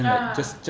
ah